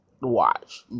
watch